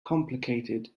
complicated